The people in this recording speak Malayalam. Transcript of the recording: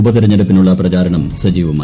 ഉപതെരഞ്ഞെടുപ്പിനുള്ള പ്രചാരണം സജീവമായി